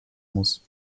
muss